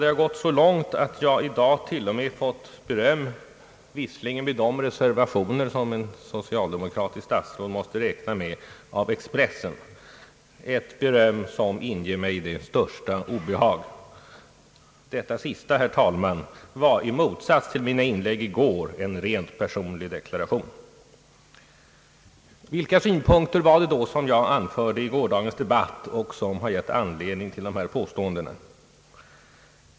Det har gått så långt att jag i dag t.o.m. fått beröm, visserligen med de reservationer som ett socialdemokratiskt statsråd måste räkna med, av Expressen, ett beröm som inger mig det största obehag. Det sista var, herr talman, i motsats till mina inlägg i gårdagens debatt en rent personlig deklaration. Vilka synpunkter var det då jag framförde i gårdagens debatt som har gett anledning till dessa påståenden?